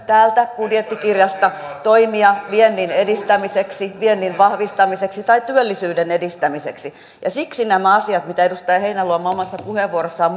täältä budjettikirjasta toimia viennin edistämiseksi viennin vahvistamiseksi tai työllisyyden edistämiseksi ja siksi nämä asiat mitä edustaja heinäluoma omassa puheenvuorossaan